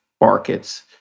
markets